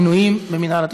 מינויים במינהל התכנון.